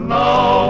now